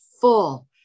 full